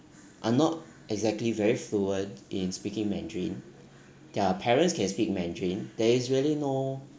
are not exactly very fluent in speaking mandarin their parents can speak mandarin there is really no